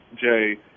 Jay